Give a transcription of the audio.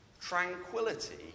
Tranquility